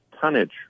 tonnage